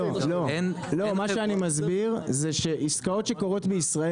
מה שאני מסביר זה שעסקאות שקורות בישראל